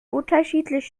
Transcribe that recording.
unterschiedlich